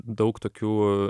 daug tokių